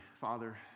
Father